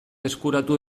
eskuratu